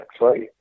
right